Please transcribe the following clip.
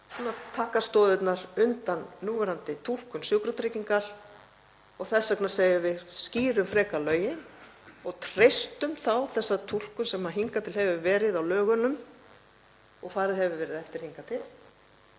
taka stoðirnar undan núverandi túlkun Sjúkratrygginga. Þess vegna segjum við: Skýrum frekar lögin og treystum þá þessa túlkun sem hingað til hefur verið á lögunum og farið hefur verið eftir hingað til